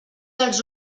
els